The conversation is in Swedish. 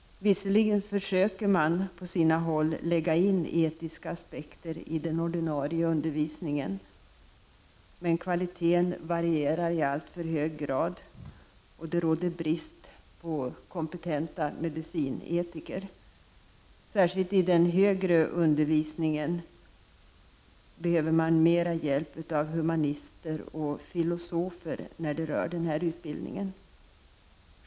Visserligen försöker man på sina håll lägga in etiska aspekter i den ordinarie undervisningen. Men kvaliteten varierar i alltför hög grad, och det råder brist på kompetenta medicinetiker. Särskilt i den högre undervisningen behöver man mera hjälp av humanister och filosofer när det gäller den här utbildningen.